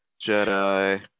Jedi